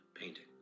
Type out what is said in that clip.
painting